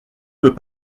peut